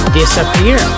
disappear